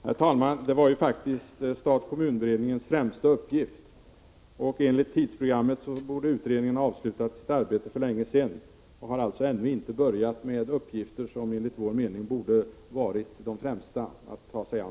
Herr talman! Detta var ju faktiskt stat-kommun-beredningens främsta uppgift, och enligt tidsprogrammet borde utredningen ha avslutat sitt arbete för länge sedan. Man har alltså ännu inte börjat med uppgifter som enligt vår mening borde ha ansetts vara de främsta att ta sig an.